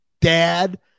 dad